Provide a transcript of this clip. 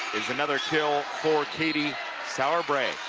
is another kill for katie sauerbrei